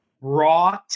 raw